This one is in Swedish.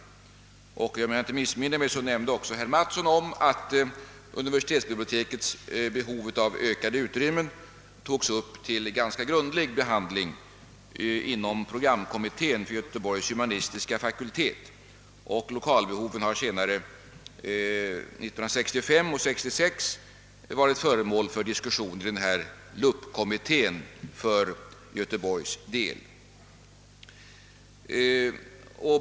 Som herr Mattsson nämnde har universitetsbibliotekets behov av ökade utrymmen tagits upp till grundlig behandling inom programkommittén för Göteborgs humanistiska fakultet. Lokalbehovet har senare, år 1965 och 1966, varit föremål för diskussion inom LUP kommittén för Göteborgs del.